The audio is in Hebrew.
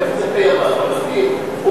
איפה זה קיים, בבתים?